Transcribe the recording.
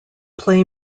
play